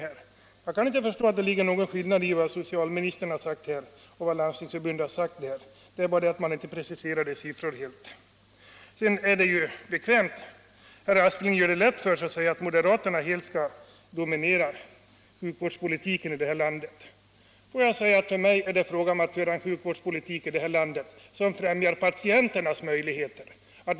Jag kan inte finna att det här föreligger någon skillnad mellan vad socialministern och Landstingsförbundet har sagt; det är bara det att man inte gör samma preciseringar i siffror. Herr Aspling gör det lätt för sig när han säger att moderaterna helt kommer att dominera sjukvårdspolitiken här i landet. För mig är det fråga om att föra en sjukvårdspolitik som främjar patienternas intressen.